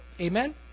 Amen